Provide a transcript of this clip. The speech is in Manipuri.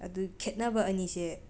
ꯑꯗꯨ ꯈꯦꯠꯅꯕ ꯑꯅꯤꯁꯦ